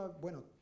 bueno